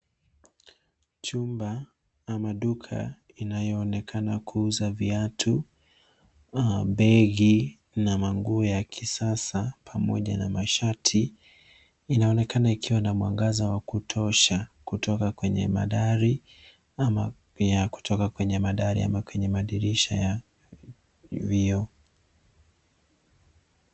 Chumba ama duka inayoonekana kuuza viatu, begi na nguo ya kisasa, pamoja na mashati, inaonekena ikiwa na mwangaza wa kutosha kutoka kwenye madari ama kwenye madirisha ya vioo.